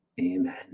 Amen